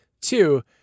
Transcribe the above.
two